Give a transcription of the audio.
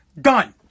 Done